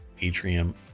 atrium